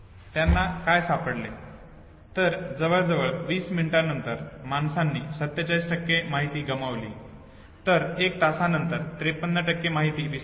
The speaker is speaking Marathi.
त्यांना काय सापडले तर जवळजवळ २० मिनिटांनंतर माणसांनी 47 माहिती गमावली तर 1 तासानंतर 53 माहिती विसरली